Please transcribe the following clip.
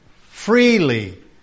freely